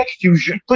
fusion